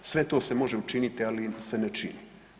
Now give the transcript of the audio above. Sve to se može učiniti, ali se ne čini.